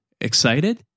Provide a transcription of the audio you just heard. excited